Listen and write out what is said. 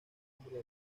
nombre